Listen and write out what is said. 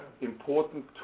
important